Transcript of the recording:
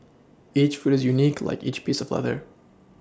each foot is unique like each piece of leather